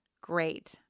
great